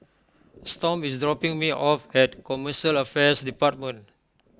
Storm is dropping me off at Commercial Affairs Department